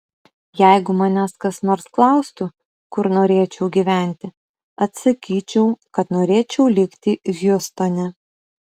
jeigu manęs kas nors klaustų kur norėčiau gyventi atsakyčiau kad norėčiau likti hjustone